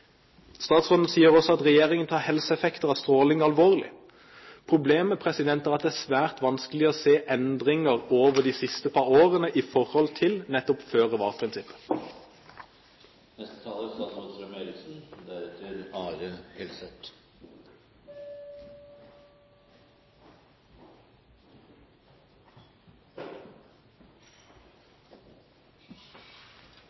Statsråden sier også at regjeringen tar helseeffekter av stråling alvorlig. Problemet er at det er svært vanskelig å se endringer over de siste par årene i forhold til nettopp